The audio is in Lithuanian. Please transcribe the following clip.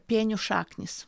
pienių šaknys